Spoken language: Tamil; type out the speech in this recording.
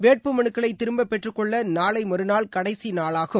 வேட்பு மனுக்களை திரும்ப பெற்றுக் கொள்ள நாளை மறுநாள் கடைசி நாளாகும்